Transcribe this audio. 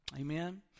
Amen